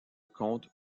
contre